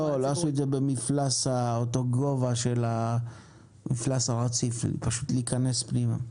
לא עשו את זה באותו גובה של מפלס הרציף כדי להיכנס פנימה.